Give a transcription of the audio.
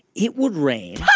it would rain.